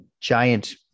giant